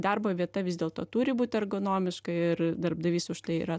darbo vieta vis dėlto turi būt ergonomiška ir darbdavys už tai yra